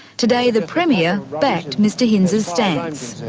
today the premier backed mr hinze's stance.